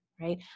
right